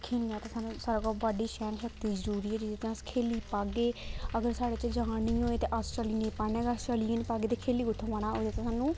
खेलना ते सानूं साढ़े कोल बाड्डी सैह्न शक्ति जरूरी ऐ जेहदे कन्नै अस खेली पाह्गे अगर साढ़े च जान निं होए ते अस चली निं पान्ने अगर अस चली गै निं पाह्गे ते खेल्ली कु'त्थूं पाना ओह्दे च सानूं